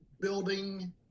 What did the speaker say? building